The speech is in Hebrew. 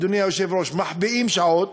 אדוני היושב-ראש, שעות.